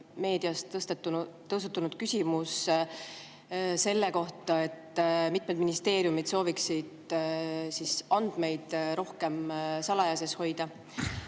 meedias tõusetunud küsimus selle kohta, et mitmed ministeeriumid sooviksid andmeid rohkem salajas hoida.